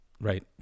Right